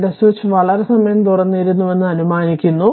ഇവിടെ സ്വിച്ച് വളരെ സമയം തുറന്നിരുന്നുവെന്ന് അനുമാനിക്കുന്നു